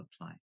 apply